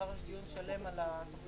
מחר יש דיון שלם בוועדה על התוכניות